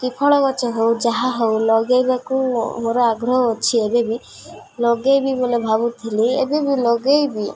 କି ଫଳ ଗଛ ହଉ ଯାହା ହଉ ଲଗାଇବାକୁ ମୋର ଆଗ୍ରହ ଅଛି ଏବେବି ଲଗାଇବି ବଲେ ଭାବୁଥିଲି ଏବେବି ଲଗାଇବି